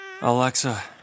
Alexa